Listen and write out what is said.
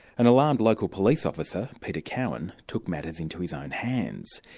an alarmed local police officer, peter cowan, took matters into his own hands.